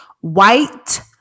White